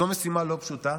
וזו משימה לא פשוטה.